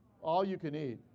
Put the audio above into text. all-you-can-eat